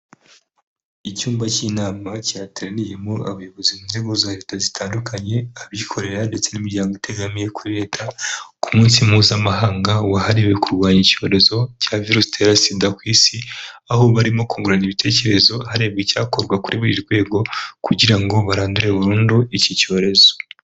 Icyumba cy'inama cyateraniyemo abayobozi mu nzego za Leta zitandukanye, abikorera ndetse n'imiryango itegamiye kuri Leta, ku munsi mpuzamahanga wahariwe kurwanya icyorezo cya virusi itera SIDA ku isi, aho barimo kungurana ibitekerezo harebwa icyakorwa kuri buri rwego, kugira ngo barandure burundu iki cyorezo.